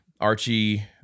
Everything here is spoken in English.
Archie